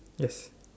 yes